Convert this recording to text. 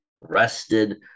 rested